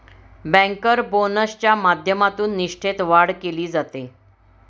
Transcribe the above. banker बोनसच्या माध्यमातून निष्ठेत वाढ केली जाते